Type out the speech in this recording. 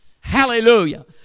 Hallelujah